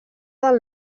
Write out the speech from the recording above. del